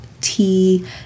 Tea